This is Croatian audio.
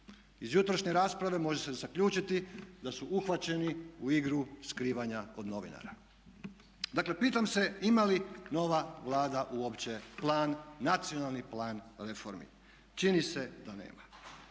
Iz jutrašnje rasprave može se zaključiti da su uhvaćeni u igru skrivanja od novinara. Dakle, pitam se ima li nova Vlada uopće plan, nacionalni plan reformi? Čini se da nema.